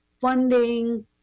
funding